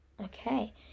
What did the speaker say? Okay